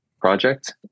project